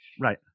Right